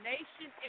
Nation